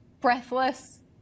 breathless